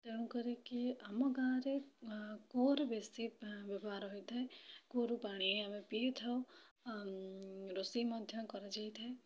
ଆଉ ତେଣୁ କରିକି ଆମ ଗାଁରେ କୂଅର ବେଶୀ ବ୍ୟବହାର ହୋଇଥାଏ କୂଅରୁ ପାଣି ଆମେ ପିଥାଉ ରୋଷେଇ ମଧ୍ୟ କରାଯାଇଥାଏ